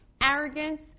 arrogance